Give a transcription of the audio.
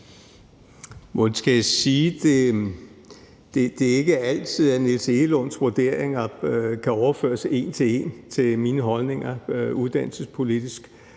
Det er ikke altid, at Niels Egelunds vurderinger kan overføres en til en til mine holdninger uddannelsespolitisk.